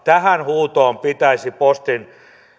tähän huutoon pitäisi postin